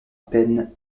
peine